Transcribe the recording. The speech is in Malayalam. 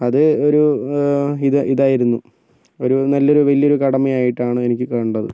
അത് ഒരു ഇത് ഇതായിരുന്നു ഒരു നല്ലൊരു വലിയൊരു കടമയായിട്ടാണ് എനിക്ക് കണ്ടത്